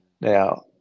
now